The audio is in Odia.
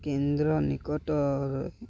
କେନ୍ଦ୍ର ନିକଟରେ